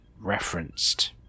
referenced